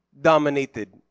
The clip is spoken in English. dominated